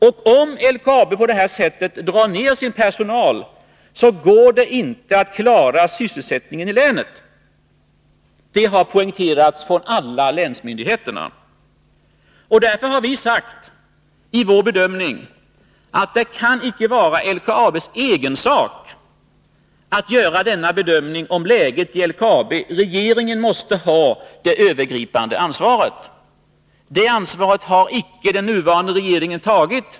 Och om LKAB på det här sättet drar ner sin personal, så går det inte att klara sysselsättningen i länet. Det har poängterats från alla länsmyndigheterna. Vi har sagt att det icke kan vara LKAB:s egen sak att göra denna bedömning om läget i LKAB. Regeringen måste ha det övergripande ansvaret. Det ansvaret har icke den nuvarande regeringen tagit.